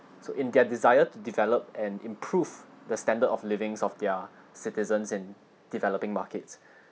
so in their desire to develop and improve the standard of livings of their citizens in developing markets